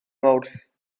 mawrth